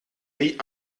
wie